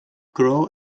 grow